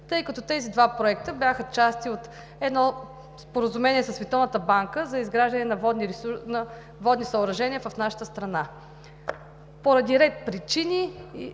Тъй като тези два проекта бяха части от едно Споразумение със Световната банка за изграждане на водни съоръжения в нашата страна. Поради ред причини